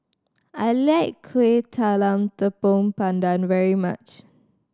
I like Kueh Talam Tepong Pandan very much